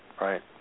right